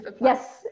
Yes